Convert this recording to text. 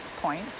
point